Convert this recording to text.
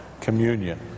communion